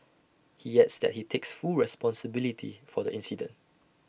he adds that he takes full responsibility for the incident